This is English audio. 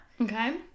Okay